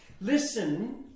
Listen